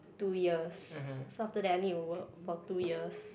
two years so after that I need to work for two years